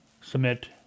submit